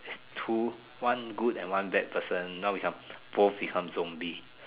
two one good and one bad person now become both become zombie